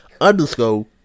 underscore